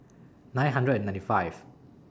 nine hundred and ninety five